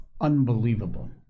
Unbelievable